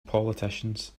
politicians